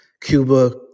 Cuba